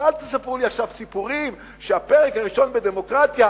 אז אל תספרו לי עכשיו סיפורים שהפרק הראשון בדמוקרטיה: